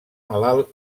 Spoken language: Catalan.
malalt